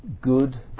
good